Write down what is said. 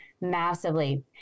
massively